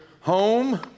home